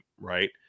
right